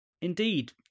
Indeed